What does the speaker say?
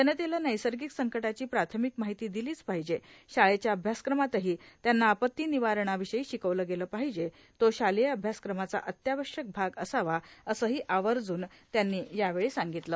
जनतेला नैसर्गिक संकटाची प्राथमिक माहिती दिलीच पाहिजे शाळेच्या अभ्यासक्रमातही त्यांना आपत्ती निवारणाविषयी शिकवलं गेलं पाहिजे तो शालेय अभ्यासक्रमाचा अत्यावश्यक भाग असावा असंही आवर्जुन त्यांनी यावेळी सांगितलं